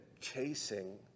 chasing